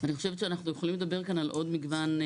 אני חושבת שאנחנו יכולים לדבר כאן על עוד מגוון.